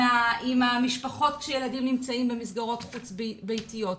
עם המשפחות כשהילדים נמצאים במסגרות חוץ ביתיות,